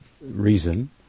reason